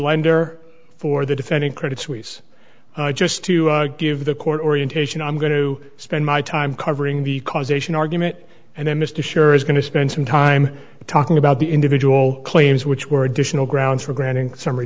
lender for the defendant credit suisse just to give the court orientation i'm going to spend my time covering the causation argument and then mr sure is going to spend some time talking about the individual claims which were additional grounds for granting summary